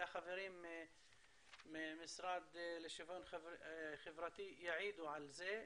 החברים מהמשרד לשוויון חברתי יעידו על זה.